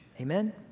Amen